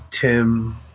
Tim